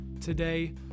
today